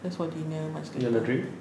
that's for dinner much later